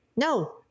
no